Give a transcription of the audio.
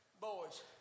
boys